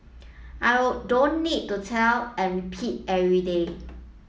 I would don't need to tell and repeat every day